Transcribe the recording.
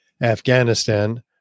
Afghanistan